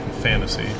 fantasy